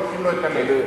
לוקחים לו את הלב.